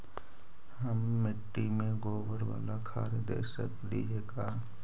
हम मिट्टी में गोबर बाला खाद दे सकली हे का?